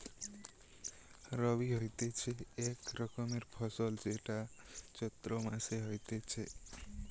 রবি হতিছে এক রকমের ফসল যেইটা চৈত্র মাসে হতিছে